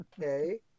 Okay